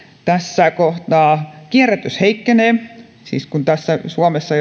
tässä kohtaa kierrätys heikkenee siis kun suomessa